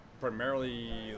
primarily